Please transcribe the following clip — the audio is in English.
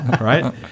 Right